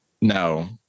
No